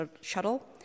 shuttle